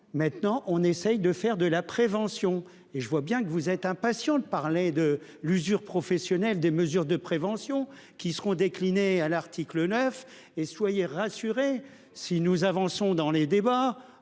maintenant on essaye de faire de la prévention et je vois bien que vous êtes impatients de parler de l'usure professionnelle des mesures de prévention qui seront déclinés à l'article 9 et soyez rassurés si nous avançons dans les débats